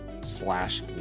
slash